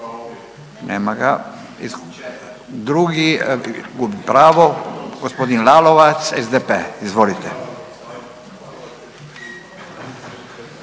nema ga. Drugi, gubi pravo, g. Lalovac, SDP izvolite.